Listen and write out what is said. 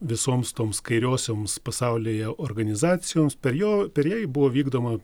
visoms toms kairiosioms pasaulyje organizacijoms per jo per ją buvo vykdoma